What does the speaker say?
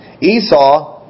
Esau